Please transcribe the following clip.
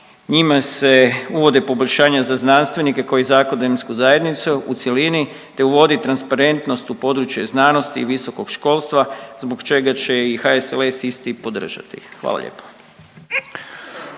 Njima se uvode poboljšanja za znanstvenike kao i za akademsku zajednicu u cjelini te uvodi transparentnost u području znanosti i visokog školstva zbog čega će i HSLS isti podržati. Hvala lijepo.